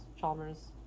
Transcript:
Chalmers